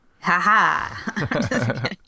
Ha-ha